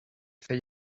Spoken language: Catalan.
feia